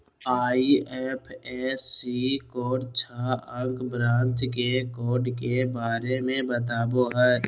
IFSC code छह अंक branch के कोड के बारे में बतावो हइ